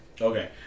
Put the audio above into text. Okay